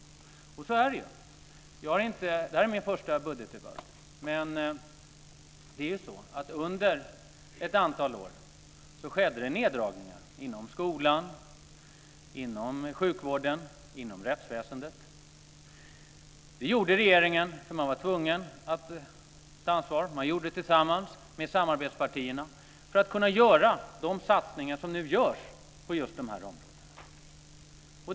Så är det ju. Det här är min första budgetdebatt. Men det är så att under ett antal år skedde det neddragningar inom skolan, sjukvården och rättsväsendet. Det gjorde regeringen därför att man var tvungen att ta ett ansvar. Man gjorde det tillsammans med samarbetspartierna för att kunna göra de satsningar som nu görs på just dessa områden.